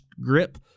grip